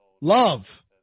Love